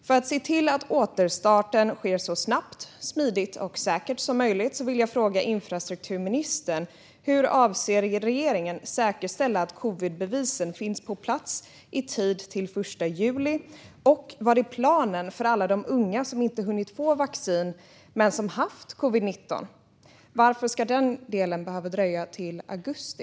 För att se till att återstarten sker så snabbt, smidigt och säkert som möjligt vill jag fråga infrastrukturministern: Hur avser regeringen att säkerställa att covidbevisen finns på plats i tid till den 1 juli, och vad är planen för alla de unga som inte hunnit få vaccin men som haft covid-19? Varför ska den delen behöva dröja till augusti?